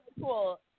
Cool